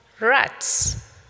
Rats